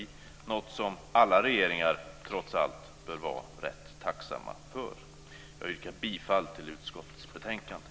Det är något som alla regeringar trots allt bör vara rätt tacksamma för. Jag yrkar bifall till utskottets förslag i betänkandet.